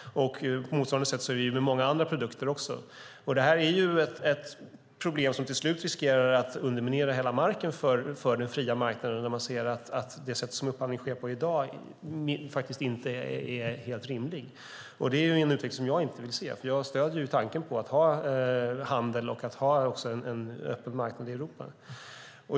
Det är på motsvarande sätt med många andra produkter. Det riskerar att underminera marken för den fria marknaden när man ser att det sätt som upphandling sker på i dag inte är rimligt. Det är en utveckling som jag inte vill se. Jag stöder tanken att ha en öppen marknad i Europa.